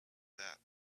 that